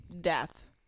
death